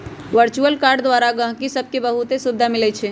virtual card द्वारा गहकि सभके बहुते सुभिधा मिलइ छै